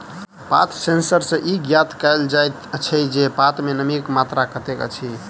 पात सेंसर सॅ ई ज्ञात कयल जाइत अछि जे पात मे नमीक मात्रा कतेक अछि